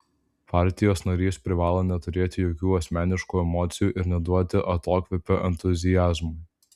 partijos narys privalo neturėti jokių asmeniškų emocijų ir neduoti atokvėpio entuziazmui